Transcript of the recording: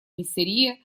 миссерия